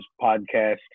podcast